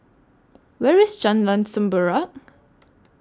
Where IS Jalan Semerbak